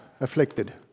afflicted